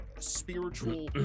spiritual